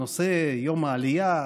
הנושא הוא יום העלייה,